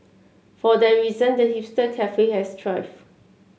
for that reason the hipster cafe has thrived